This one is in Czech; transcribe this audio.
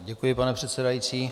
Děkuji, pane předsedající.